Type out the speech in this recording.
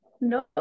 No